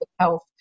health